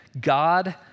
God